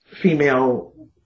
female